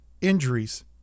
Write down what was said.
injuries